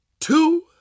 two